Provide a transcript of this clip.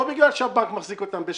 לא בגלל שהבנק מחזיק אותם בשבי.